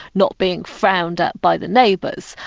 not being frowned at by the neighbours.